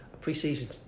Pre-season